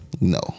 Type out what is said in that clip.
No